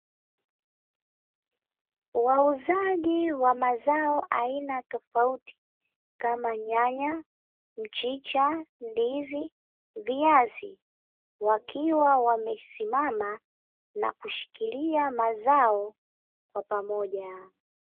Wauzaji wa mazao aina tofauti kama nyanya, mchicha, ndizi, viazi wakiwa wamesimama na kushikilia mazao kwa pamoja.